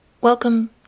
welcome